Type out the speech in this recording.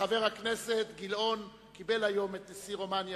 וחבר הכנסת גילאון קיבל היום את נשיא רומניה